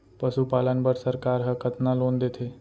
पशुपालन बर सरकार ह कतना लोन देथे?